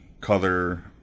color